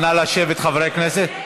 נא לשבת, חברי הכנסת.